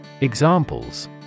Examples